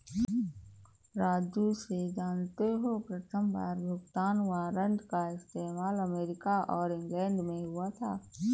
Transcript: राजू से जानते हो प्रथमबार भुगतान वारंट का इस्तेमाल अमेरिका और इंग्लैंड में हुआ था